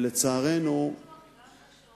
צריך פיקוח גם בשעות